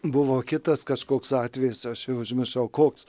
buvo kitas kažkoks atvejis aš jau užmiršau koks